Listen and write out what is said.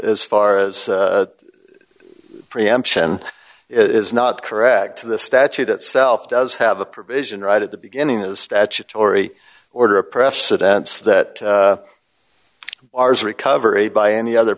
as far as preemption is not correct to the statute itself does have a provision right at the beginning of the statutory order of precedence that ours recovery by any other